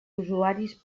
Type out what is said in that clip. usuaris